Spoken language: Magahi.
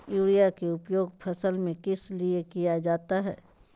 युरिया के उपयोग फसल में किस लिए किया जाता है?